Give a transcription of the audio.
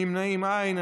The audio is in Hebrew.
נמנעים אין.